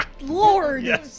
lord